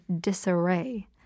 disarray